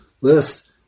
list